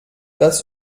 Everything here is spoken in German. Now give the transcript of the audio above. das